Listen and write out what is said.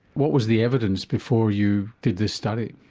what was the evidence before you did this study?